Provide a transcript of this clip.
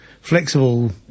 flexible